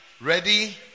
Ready